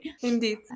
Indeed